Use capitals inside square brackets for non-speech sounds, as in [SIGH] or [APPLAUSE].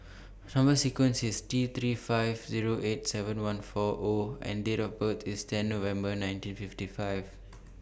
[NOISE] Number sequence IS T three five Zero eight seven one four O and Date of birth IS ten November nineteen fifty five